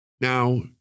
Now